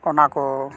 ᱚᱱᱟ ᱠᱚ